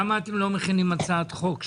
למה אתם לא מכינים הצעת חוק?